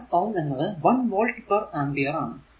1 Ω എന്നത് 1 volt per ampere ആണ്